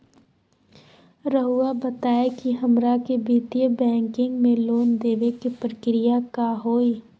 रहुआ बताएं कि हमरा के वित्तीय बैंकिंग में लोन दे बे के प्रक्रिया का होई?